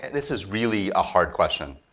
this is really a hard question.